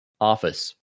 office